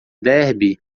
derby